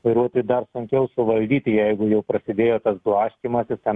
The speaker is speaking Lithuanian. vairuotojui dar sunkiau suvaldyti jeigu jau prasidėjo tas blaškymasis ten